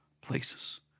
places